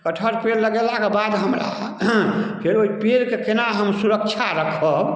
कटहर पेड़ लगेलाक बाद हमरा फेर ओइ पेड़के केना हम सुरक्षा राखब